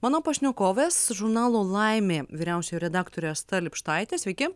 mano pašnekovės žurnalo laimė vyriausioji redaktorė asta lipštaitė sveiki